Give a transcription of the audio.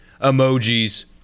emojis